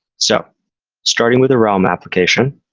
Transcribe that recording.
so starting with a realm application,